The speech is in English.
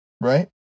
Right